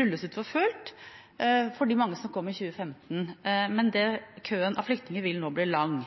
rulles ut for fullt for de mange som kom i 2015, men køen av flyktninger vil nå bli lang.